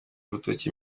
urutoke